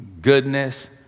goodness